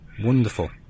Wonderful